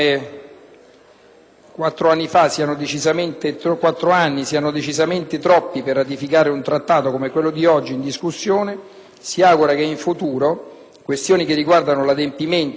questioni che riguardano l'adempimento dei nostri obblighi, derivanti dall'appartenenza alla Comunità europea, vengano gestite con maggiore sollecito.